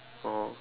oh